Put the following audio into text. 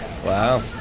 Wow